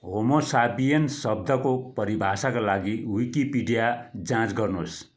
होमोसाबिएन शब्दको परिभाषाका लागि विकिपिडिया जाँच गर्नुहोस्